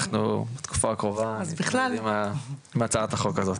אנחנו בתקופה הקרובה נמשיך --- עם הצעת החוק הזו.